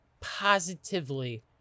positively